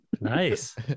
nice